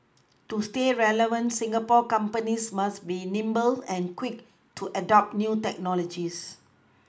to stay relevant Singapore companies must be nimble and quick to adopt new technologies